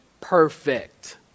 perfect